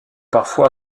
parfois